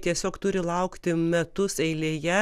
tiesiog turi laukti metus eilėje